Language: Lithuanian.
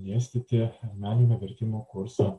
dėstyti meninio vertimo kursą